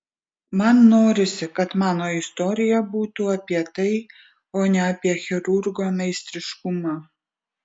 man norisi kad mano istorija būtų apie tai o ne apie chirurgo meistriškumą